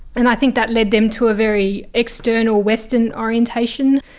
and i think that led them to a very external western orientation,